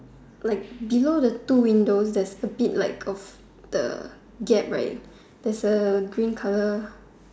like below the two windows there's a bit like of the gap right there's a green colour